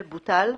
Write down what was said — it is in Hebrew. בוטל.